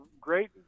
great